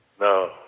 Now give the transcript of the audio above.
No